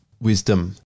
wisdom